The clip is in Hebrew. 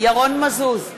ירון מזוז,